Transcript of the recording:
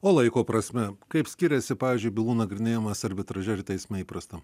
o laiko prasme kaip skiriasi pavyzdžiui bylų nagrinėjimas arbitraže ir teisme įprastam